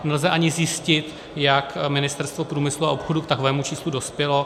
Nelze ani zjistit, jak Ministerstvo průmyslu a obchodu k takovému číslu dospělo.